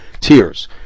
tears